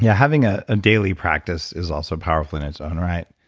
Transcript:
yeah having ah a daily practice is also powerful in its own right.